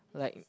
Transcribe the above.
like